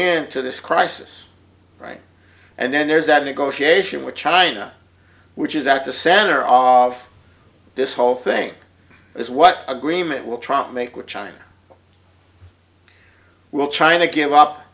into this crisis right and then there's that negotiation with china which is at the center on of this whole thing is what agreement will trump make with china will china give up